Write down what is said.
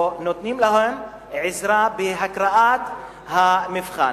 או נותנים להם עזרה בהקראת המבחן.